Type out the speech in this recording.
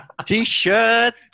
t-shirt